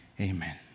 Amen